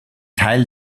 teil